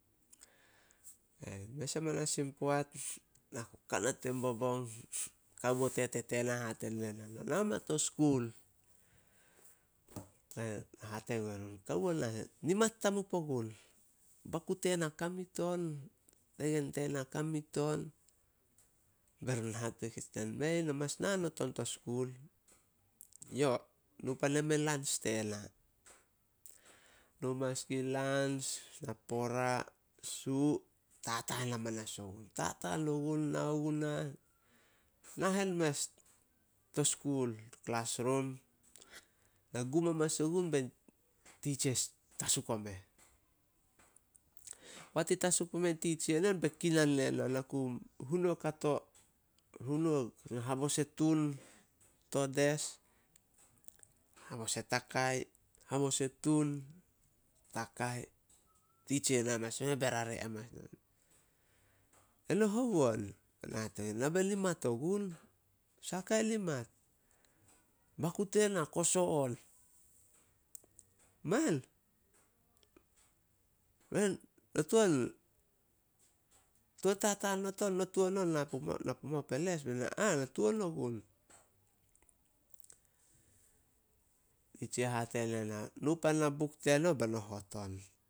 Mes amanas in poat, na ku kanan tin bobong, bain kawo, tete tena hate diena, "No naoma to skul." Hate gue run, "Kawo, na nimat tamup ogun. Baku tena kamit on, tegen tena kamit on." Be run hate keis diena, "Mei, no mas nao not on to skul." "Yo, nu pan yame in lans tena." Nu manas gun lans, napora, su, tataan amanas ogun. Tataan ogun- nao gunah, nahen mes klasrum. Na gum amanas ogun bein titsia tasuk omeh. Poat i tasu pumen titsia nen be kinan nena, na ku hunoa kato. Habos e tun to des, habos e takai, habos e tun, takai. Titsia na amanas omeh be rare amanas ne na, "Eno hou on?" Bena hate gue youh, "Ena be nimat ogun." "Saha kain nimat?" "Baku tena koso on." "Man." "No tuan- tuan tataan not on, no tuan on na pumao peles?" Be na, "Ah! Na tuan ogun." Titsia hate ne na, "Nu pan na buk teno beno hot on."